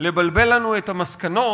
לבלבל לנו את המסקנות"